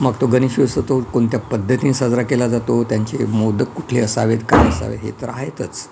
मग तो गणेश कोणत्या पद्धतीने साजरा केला जातो त्यांचे मोदक कुठले असावेत काय असावेत हे तर आहेतच